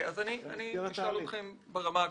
אני אשאל אתכם ברמה הכללית.